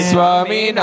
Swami